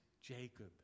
Jacob